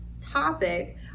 topic